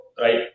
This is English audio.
right